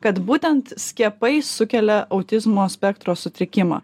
kad būtent skiepai sukelia autizmo spektro sutrikimą